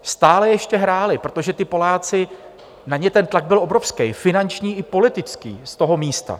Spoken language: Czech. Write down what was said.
Stále ještě hráli, protože ti Poláci, na ně ten tlak byl obrovský, finanční i politický z toho místa.